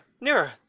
nearer